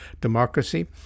democracy